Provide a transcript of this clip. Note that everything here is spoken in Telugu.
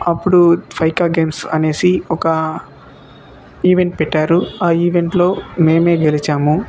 అప్పుడు ఫైకా గేమ్స్ అనేసి ఒకా ఈవెంట్ పెట్టారు ఆ ఈవెంట్లో మేమే గెలిచాము